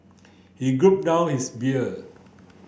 he down his beer